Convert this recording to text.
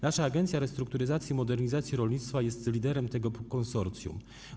Nasza Agencja Restrukturyzacji i Modernizacji Rolnictwa jest liderem tego konsorcjum.